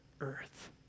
earth